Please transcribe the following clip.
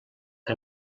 que